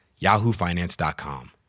yahoofinance.com